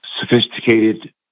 sophisticated